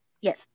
Yes